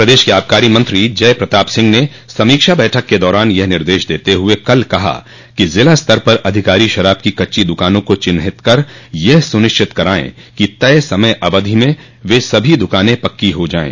प्रदेश के आबकारी मंत्री जय प्रताप सिंह ने समीक्षा बैठक के दौरान यह निर्देश देते हुए कल कहा कि जिला स्तर पर अधिकारी शराब की कच्ची दुकानों का चिन्हित कर यह सुनिश्चित कराये कि तय समय अवधि में वे सभी दुकानें पक्की हो जायें